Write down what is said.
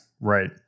Right